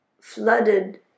flooded